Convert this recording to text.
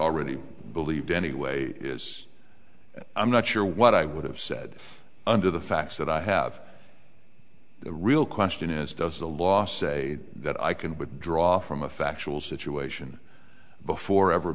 already believed anyway is i'm not sure what i would have said under the facts that i have the real question is does the law say that i can withdraw from a factual situation before ever